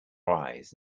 rise